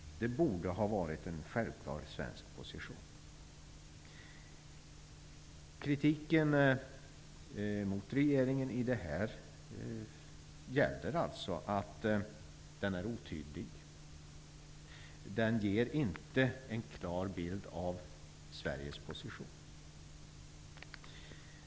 Det borde ha varit en självklar svensk position. Kritiken mot regeringen gäller alltså att skrivelsen är otydlig. Den ger inte en klar bild av Sveriges position.